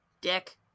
Dick